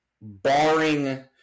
barring